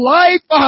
life